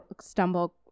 stumble